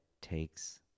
takes